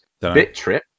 BitTrip